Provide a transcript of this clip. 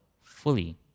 fully